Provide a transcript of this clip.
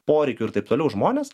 poreikių ir taip toliau žmonės